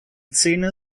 zähne